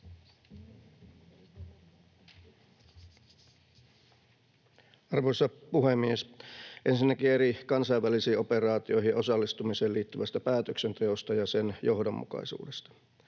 Arvoisa puhemies! Ensinnäkin eri kansainvälisiin operaatioihin osallistumiseen liittyvästä päätöksenteosta ja sen johdonmukaisuudesta: